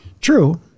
True